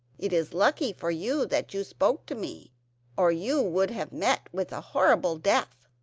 it is lucky for you that you spoke to me or you would have met with a horrible death.